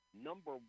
number